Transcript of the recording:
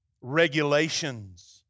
regulations